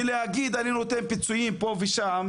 ולהגיד אני נותן פיצויים פה ושם.